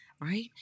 right